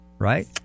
Right